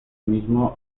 mismo